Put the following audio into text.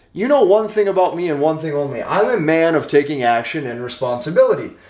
you know one thing about me and one thing only, i'm a man of taking action and responsibility,